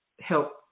help